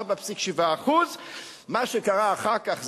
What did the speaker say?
4.7%. מה שקרה אחר כך,